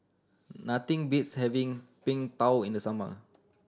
nothing beats having Png Tao in the summer